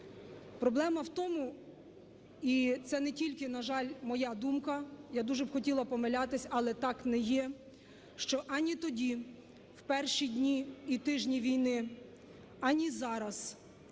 Проблема в тому (і це не тільки, на жаль, моя думка, я б дуже хотіла помилятись, але так не є), що ані тоді, в перші дні і тижні війни, ані зараз